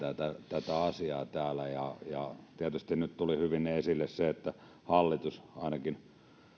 tätä asiaa täällä tietysti nyt tuli hyvin esille se että hallitus ainakin